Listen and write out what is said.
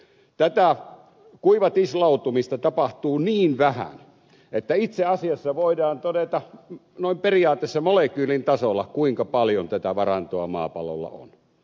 tätä kuivatislautumista tapahtuu niin vähän että itse asiassa voidaan todeta noin periaatteessa molekyylin tasolla kuinka paljon tätä varantoa maapallolla on